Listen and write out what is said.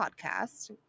podcast